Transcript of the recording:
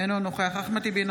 אינו נוכח אחמד טיבי,